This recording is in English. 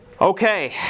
Okay